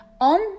On